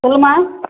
சொல்லும்மா